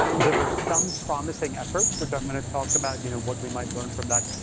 there are some promising efforts, which i'm gonna talk about you know what we might learn from that,